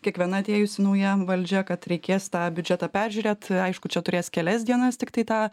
kiekviena atėjusi nauja valdžia kad reikės tą biudžetą peržiūrėt aišku čia turės kelias dienas tiktai tą